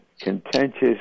contentious